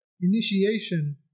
initiation